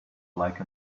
like